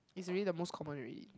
is already the most common already